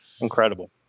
Incredible